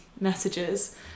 messages